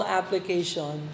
application